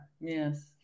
Yes